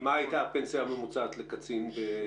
--- מה הייתה הפנסיה הממוצעת לקצין ב-2019?